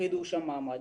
חידוש המעמד.